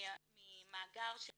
ממאגר של